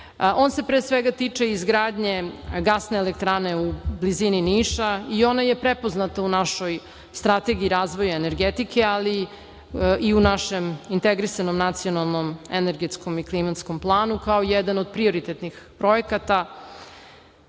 On se, pre svega, tiče izgradnje gasne elektrane u blizini Niša i ona je prepoznata u našoj Strategiji razvoja energetike, ali i u našem integrisanom nacionalnom energetskom i klimatskom planu kao jedan od prioritetnih projekata.